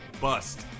bust